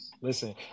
Listen